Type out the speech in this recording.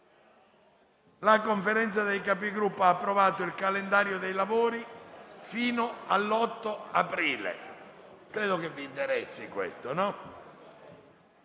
La Conferenza dei Capigruppo ha approvato il calendario dei lavori fino all'8 aprile.